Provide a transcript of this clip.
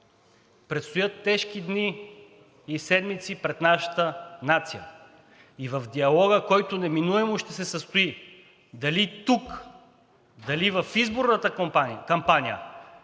предстоят тежки дни и седмици пред нашата нация и в диалога, който неминуемо ще се състои, дали тук, дали в изборната кампания,